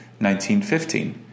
1915